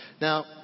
Now